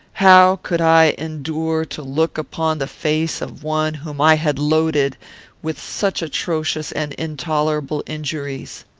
how could i endure to look upon the face of one whom i had loaded with such atrocious and intolerable injuries?